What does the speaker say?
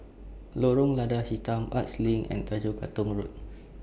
Lorong Lada Hitam Arts LINK and Tanjong Katong Road